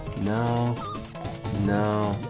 no no